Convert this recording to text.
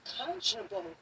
unconscionable